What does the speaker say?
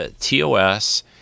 TOS